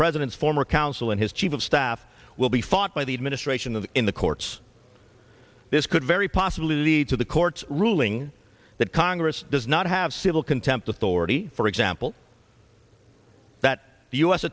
president's former counsel and his chief of staff will be fought by the administration of in the courts this could very possibly lead to the court's ruling that congress does not have civil contempt authority for example that the u